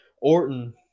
Orton